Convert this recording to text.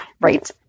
Right